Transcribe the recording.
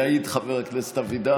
יעיד חבר הכנסת אבידר,